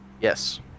Yes